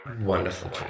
Wonderful